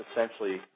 essentially